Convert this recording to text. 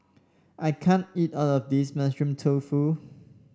I can't eat all of this Mushroom Tofu